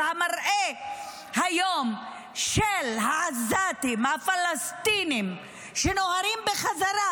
אז המראה של העזתים הפלסטינים שנוהרים היום בחזרה,